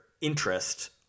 interest